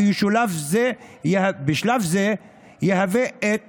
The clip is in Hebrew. ובשלב זה יהווה את